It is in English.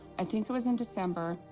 and think it was in december.